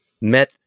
met